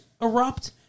erupt